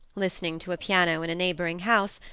listening to a piano in a neighbouring house,